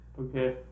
Okay